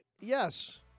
Yes